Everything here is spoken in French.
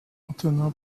antonin